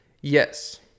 yes